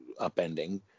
upending